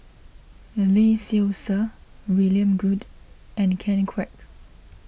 Lee Seow Ser William Goode and Ken Kwek